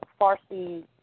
Farsi